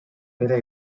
era